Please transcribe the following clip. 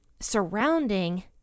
surrounding